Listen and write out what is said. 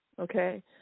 Okay